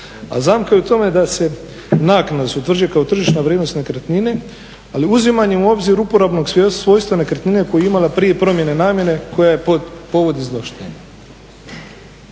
a zamka je u tome da se naknada da se utvrđuje kao tržišna vrijednost nekretnine, ali uzimanjem u obzir uporabnog svojstva nekretnine koju je imala prije promjene namjene koja je povod izvlaštenja.